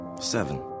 Seven